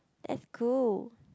that's cool